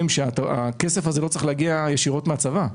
אגב, הכסף הזה לא צריך להגיע ישירות מהצבא.